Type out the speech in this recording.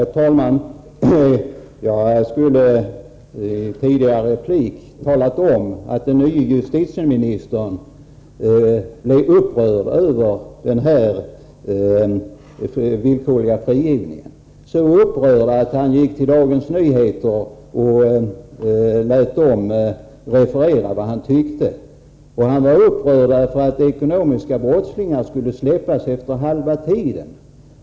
Herr talman! Jag hade redan i en tidigare replik tänkt nämna att den nye justitieministern blev så upprörd över den villkorliga frigivningen att han lät Dagens Nyheter referera vad han tyckte. Han var upprörd därför att sådana som begått ekonomiska brott skall släppas efter halva strafftiden.